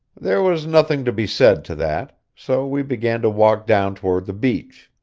there was nothing to be said to that, so we began to walk down toward the beach.